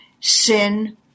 sin